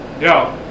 Yo